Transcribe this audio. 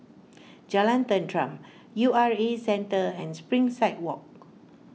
Jalan Tenteram U R A Centre and Springside Walk